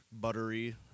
buttery